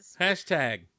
Hashtag